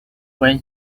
when